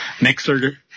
Mixer